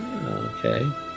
Okay